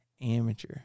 amateur